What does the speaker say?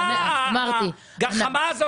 הגחמה.